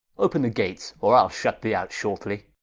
open the gates, or ile shut thee out shortly